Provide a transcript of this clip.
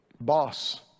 boss